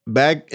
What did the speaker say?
back